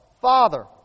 Father